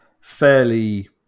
fairly